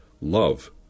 Love